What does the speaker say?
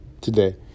today